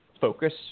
focus